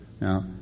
Now